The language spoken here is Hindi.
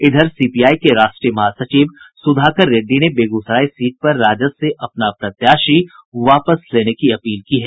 इधर सीपीआई के राष्ट्रीय महासचिव सुधाकर रेड्डी ने बेगूसराय सीट पर राजद से अपना प्रत्याशी वापस लेने की अपील की है